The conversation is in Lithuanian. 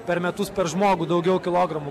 per metus per žmogų daugiau kilogramų